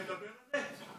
ודבר אמת.